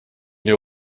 know